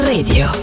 Radio